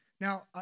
Now